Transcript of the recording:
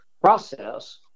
process